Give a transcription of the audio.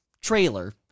trailer